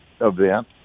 event